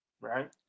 Right